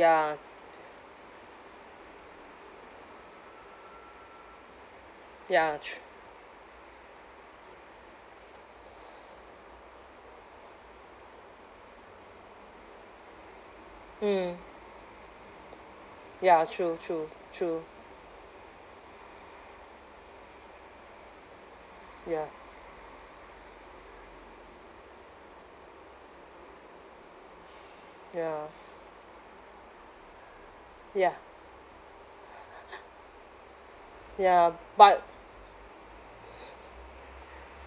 ya ya tr~ mm ya true true true ya ya ya ya but